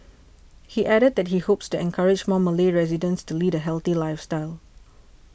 he added that he hopes to encourage more Malay residents to lead a healthy lifestyle